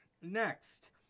Next